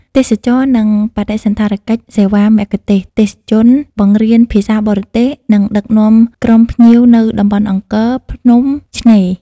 ទេសចរណ៍ និងបដិសណ្ឋារកិច្ចសេវាមគ្គុទេសក៍ ទេសជន បង្រៀនភាសាបរទេស និងដឹកនាំក្រុមភ្ញៀវនៅតំបន់អង្គរ ភ្នំ ឆ្នេរ។